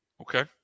Okay